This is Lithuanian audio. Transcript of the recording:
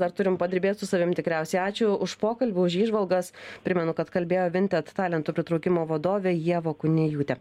dar turim padirbėt su savim tikriausiai ačiū už pokalbį už įžvalgas primenu kad kalbėjo vintet talentų pritraukimo vadovė ieva kuniejūtė